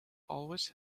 always